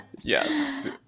yes